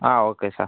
ah okay sir